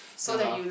ya loh